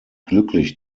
glücklich